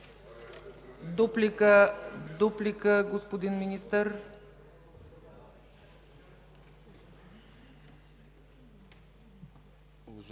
дуплика, господин Министър?